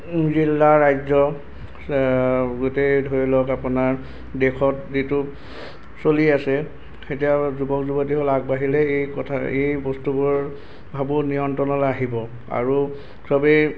জিলা ৰাজ্য গোটেই ধৰি লওক আপোনাৰ দেশত যিটো চলি আছে যুৱক যুৱতীসকল আগবাঢ়িলেই এই কথা এই বস্তুবোৰ ভাবোঁ নিয়ন্ত্ৰণলৈ আহিব আৰু চবেই